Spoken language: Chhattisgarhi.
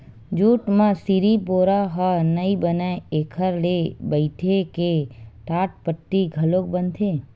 जूट म सिरिफ बोरा ह नइ बनय एखर ले बइटे के टाटपट्टी घलोक बनथे